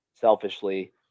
selfishly